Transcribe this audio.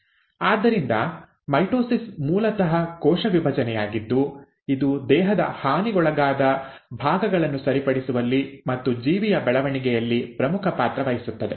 ಆದ್ದರಿಂದ ಮೈಟೊಸಿಸ್ ಮೂಲತಃ ಕೋಶ ವಿಭಜನೆಯಾಗಿದ್ದು ಇದು ದೇಹದ ಹಾನಿಗೊಳಗಾದ ಭಾಗಗಳನ್ನು ಸರಿಪಡಿಸುವಲ್ಲಿ ಮತ್ತು ಜೀವಿಯ ಬೆಳವಣಿಗೆಯಲ್ಲಿ ಪ್ರಮುಖ ಪಾತ್ರ ವಹಿಸುತ್ತದೆ